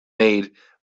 made